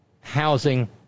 housing